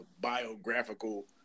biographical